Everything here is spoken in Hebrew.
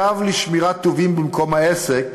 צו לשמירת טובין במקום העסק